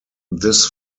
this